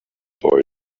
boy